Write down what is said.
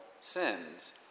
sins